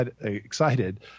excited